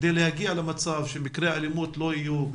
כדי להגיע למצב שמקרי אלימות לא יהיו,